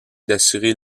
d’assurer